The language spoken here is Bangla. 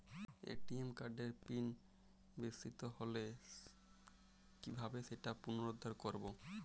এ.টি.এম কার্ডের পিন বিস্মৃত হলে কীভাবে সেটা পুনরূদ্ধার করব?